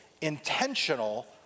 intentional